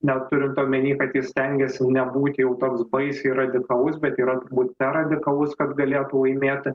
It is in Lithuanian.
net turint omeny kad jis stengėsi nebūti jau toks baisiai radikalus bet yra turbūt per radikalus kad galėtų laimėti